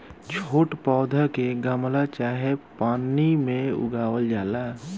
छोट पौधा के गमला चाहे पन्नी में उगावल जाला